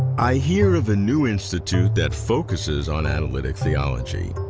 i hear of a new institute that focuses on analytic theology,